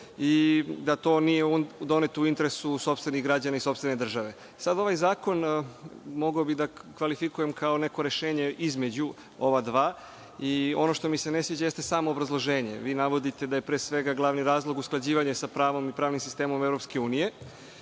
i da to nije doneto u interesu sopstvenih građana i sopstvene države. Ovaj zakon bih mogao da kvalifikujem kao neko rešenje između ova dva i ono što mi se ne sviđa jeste samo obrazloženje. Vi navodite da je pre svega glavni razlog usklađivanje sa pravom i pravnim sistemom EU, takođe